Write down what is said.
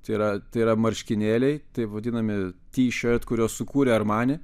tai yra tai yra marškinėliai taip vadinami tshirt kuriuos sukūrė armani